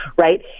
right